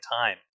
time